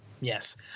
Yes